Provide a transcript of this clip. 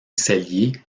sellier